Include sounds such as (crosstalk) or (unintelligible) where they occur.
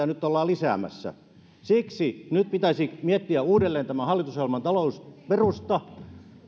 (unintelligible) nyt ollaan lisäämässä siksi nyt pitäisi miettiä uudelleen tämän hallitusohjelman talousperusta